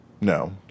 No